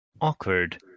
Awkward